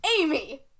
Amy